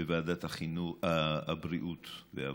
בוועדת העבודה,